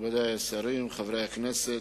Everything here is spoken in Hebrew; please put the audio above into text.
מכובדי השרים, חברי הכנסת,